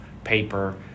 paper